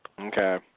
Okay